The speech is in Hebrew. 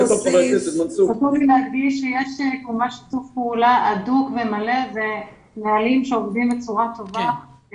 חשוב לי להדגיש שיש שיתוף פעולה הדוק ומלא ונהלים שעובדים בצורה טובה.